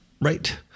Right